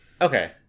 Okay